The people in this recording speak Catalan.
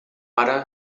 ara